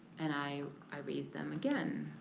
and i i raised them again,